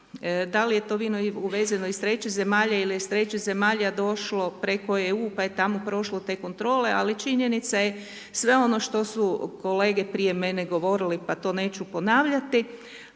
Da li je to vino uvezeno iz trećih zemalja ili je iz trećih zemalja došlo preko EU, pa je tamo prošlo te kontrole, ali činjenica je sve ono što su kolege prije mene govorili pa to neću ponavljati,